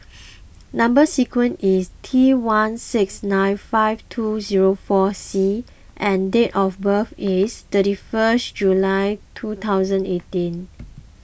Number Sequence is T one six nine five two zero four C and date of birth is thirty first July two thousand eighteen